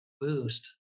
Boost